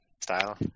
style